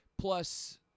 Plus